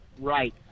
Right